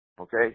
Okay